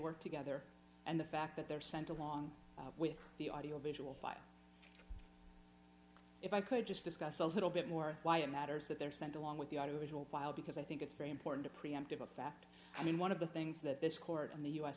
work together and the fact that they're sent along with the audio visual file if i could just discuss a little bit more why it matters that they're sent along with the audiovisual file because i think it's very important a preemptive a fact i mean one of the things that this court in the u